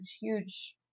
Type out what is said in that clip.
huge